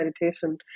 meditation